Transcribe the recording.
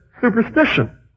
superstition